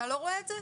אתה לא רואה את זה?